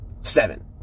Seven